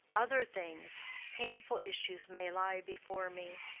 other things painful issues may lie before me.